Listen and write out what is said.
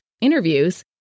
interviews